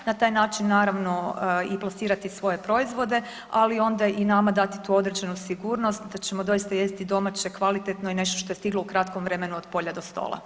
Na taj način naravno i plasirati svoje proizvode, ali onda i nama dati tu određenu sigurnost da ćemo doista jesti domaće, kvalitetno i nešto što je stiglo u kratkom vremenu od polja do stola.